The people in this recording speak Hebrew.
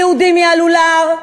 היהודים יעלו להר,